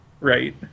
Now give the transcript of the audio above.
right